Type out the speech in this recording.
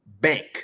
bank